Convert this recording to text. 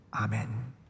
Amen